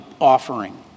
offering